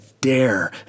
dare